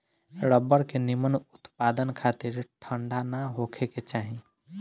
rubber के निमन उत्पदान खातिर ठंडा ना होखे के चाही